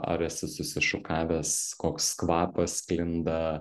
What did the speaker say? ar esi susišukavęs koks kvapas sklinda